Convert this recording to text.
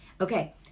Okay